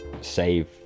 save